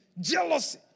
jealousy